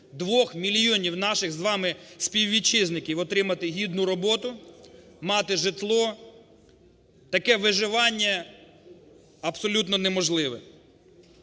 2 мільйонів наших з вами співвітчизників отримати гідну роботу, мати житло, таке виживання абсолютно неможливе.